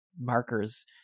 markers